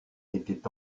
était